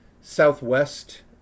Southwest